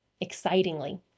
Excitingly